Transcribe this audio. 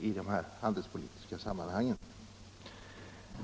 i dessa handelspolitiska sammanhang.